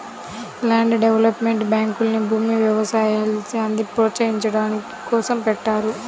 land development బ్యాంకుల్ని భూమి, వ్యవసాయాల్ని ప్రోత్సహించడం కోసం పెట్టారు